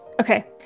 Okay